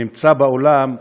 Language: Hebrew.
נמצא באולם,